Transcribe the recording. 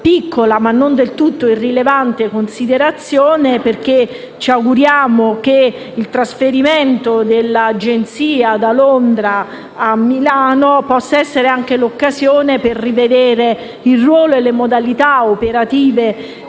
ma non del tutto irrilevante considerazione. Ci auguriamo che il trasferimento della sede dell'Agenzia da Londra a Milano possa essere anche l'occasione per rivedere il ruolo e le modalità operative